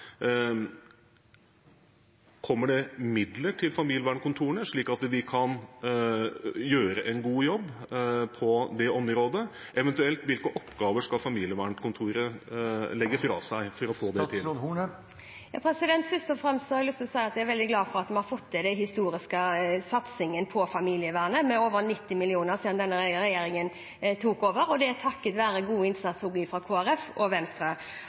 Kommer det midler til familievernkontorene, slik at de kan gjøre en god jobb på det området? Eventuelt: Hvilke oppgaver skal familievernkontorene legge fra seg for å få det til? Først og fremst har jeg lyst å si at jeg er veldig glad for at vi har fått til den historiske satsingen på familievernet, med over 90 mill. kr siden denne regjeringen tok over. Det er takket være god innsats også fra Kristelig Folkeparti og Venstre.